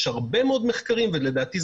יש הרבה מאוד מחקרים ולדעתי,